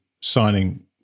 signing